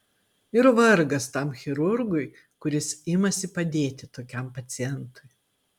ir vargas tam chirurgui kuris imasi padėti tokiam pacientui